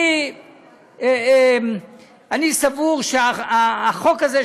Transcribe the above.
אני סבור שהחוק הזה,